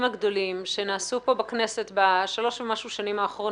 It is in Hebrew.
הגדולים שנעשו כאן בכנסת בשלוש ומשהו שנים אחרונות.